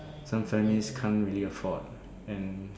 some families can't really afford and